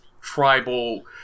tribal